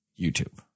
YouTube